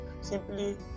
simply